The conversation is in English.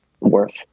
worth